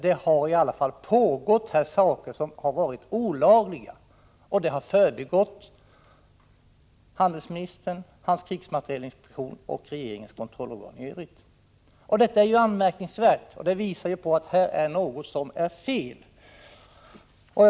Det har emellertid pågått saker som har varit olagliga, och det har förbigått utrikeshandelsministern, hans krigsmaterielinspektion och regeringens kontrollorgan i övrigt. Detta är anmärkningsvärt, och det visar att någonting är fel.